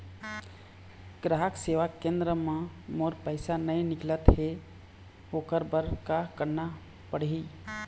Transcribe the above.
ग्राहक सेवा केंद्र म मोर पैसा नई निकलत हे, ओकर बर का करना पढ़हि?